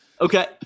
Okay